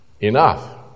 enough